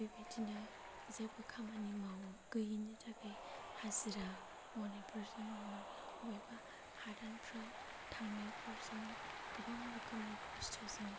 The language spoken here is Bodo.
बेबायदिनो जेबो खामानि मावो गैयैनि थाखाय हाजिरा मोनैफोरजों नङाबा अबायबा हादानफ्राव थांनायफोरजों गोबां रोखोमनि खस्थ'जों